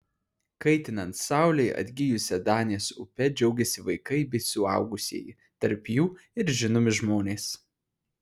kaitinant saulei atgijusia danės upe džiaugiasi vaikai bei suaugusieji tarp jų ir žinomi žmonės